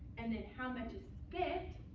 and then how much is spent